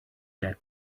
that